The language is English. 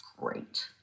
Great